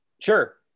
Sure